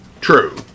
True